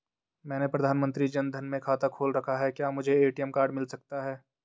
मैंने प्रधानमंत्री जन धन में खाता खोल रखा है क्या मुझे ए.टी.एम कार्ड मिल सकता है?